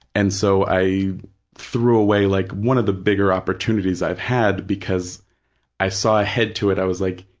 and so i threw away like one of the bigger opportunities i've had because i saw ahead to it, i was like,